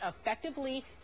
effectively